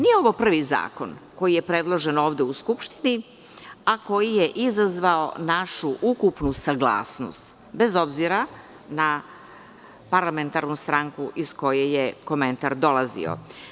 Nije ovo prvi zakon koji je predložen ovde u Skupštini, a koji je izazvao našu ukupnu saglasnost, bez obzira na parlamentarnu stranku iz koje je komentar dolazio.